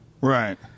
Right